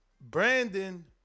Brandon